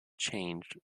changed